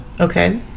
Okay